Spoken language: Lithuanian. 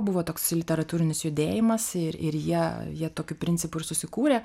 buvo toks literatūrinis judėjimas ir ir jie jie tokiu principu ir susikūrė